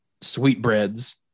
sweetbreads